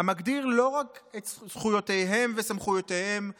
המגדיר לא רק את זכויותיהם וסמכויותיהם,